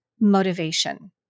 motivation